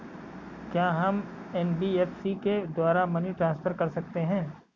क्या हम एन.बी.एफ.सी के द्वारा मनी ट्रांसफर कर सकते हैं?